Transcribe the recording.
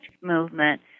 movement